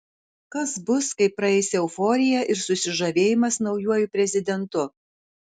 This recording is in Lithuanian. kas bus kai praeis euforija ir susižavėjimas naujuoju prezidentu